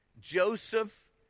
Joseph